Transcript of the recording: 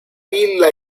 villa